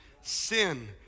Sin